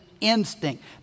instinct